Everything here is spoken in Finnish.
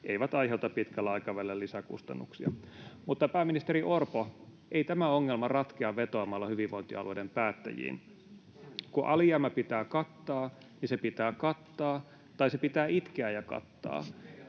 eivät aiheuta pitkällä aikavälillä lisäkustannuksia.” Mutta, pääministeri Orpo, ei tämä ongelma ratkea vetoamalla hyvinvointialueiden päättäjiin. Kun alijäämä pitää kattaa, niin se pitää kattaa tai se pitää itkeä ja kattaa.